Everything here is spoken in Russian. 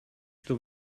что